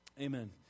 Amen